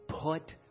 Put